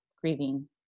grieving